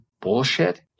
bullshit